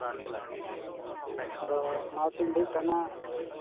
ᱟᱫᱚ ᱚᱱᱟᱛᱮᱧ ᱞᱟᱹᱭᱮᱫ ᱛᱟᱦᱮᱱᱟ